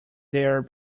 there